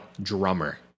drummer